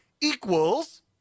equals